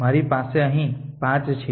મારી પાસે અહીં 5 છે